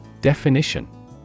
Definition